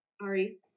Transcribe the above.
Ari